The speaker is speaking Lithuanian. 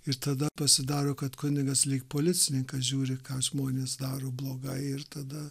ir tada pasidaro kad kunigas lyg policininkas žiūri ką žmonės daro blogai ir tada